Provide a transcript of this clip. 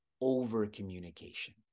over-communication